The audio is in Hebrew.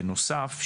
בנוסף,